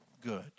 good